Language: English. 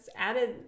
added